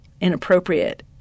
inappropriate